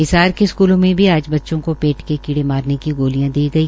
हिसार के स्कूलों में आज बच्चों को पेट के कीड़ मारे की दवा दी गई